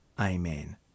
Amen